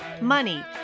money